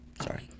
Sorry